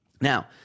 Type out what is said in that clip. Now